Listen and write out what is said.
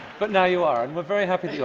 but now you are, and we're very happy that you